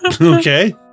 Okay